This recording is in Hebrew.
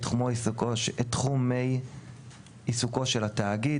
את תחומי עיסוקו של התאגיד.